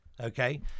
okay